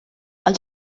els